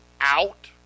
out